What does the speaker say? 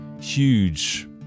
huge